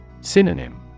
Synonym